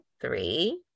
three